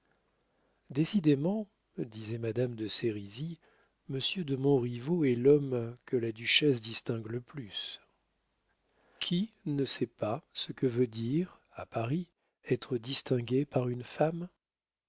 décidément disait madame de sérizy monsieur de montriveau est l'homme que la duchesse distingue le plus qui ne sait pas ce que veut dire à paris être distingué par une femme